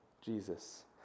Jesus